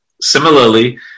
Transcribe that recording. Similarly